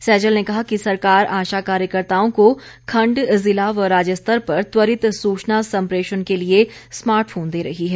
सैजल ने कहा कि सरकार आशा कार्यकर्ताओं को खंड जिला व राज्य स्तर पर त्वरित सुचना सम्प्रेषण के लिए स्मार्ट फोन दे रही है